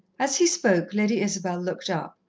as he spoke lady isabel looked up,